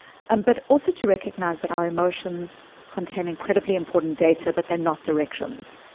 and but also to recognize that our emotions contain incredibly important data but they're not directions.